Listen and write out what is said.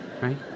right